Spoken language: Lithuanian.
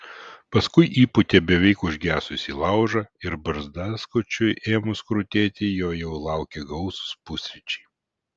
paskui įpūtė beveik užgesusį laužą ir barzdaskučiui ėmus krutėti jo jau laukė gausūs pusryčiai